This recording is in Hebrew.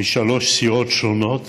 משלוש סיעות שונות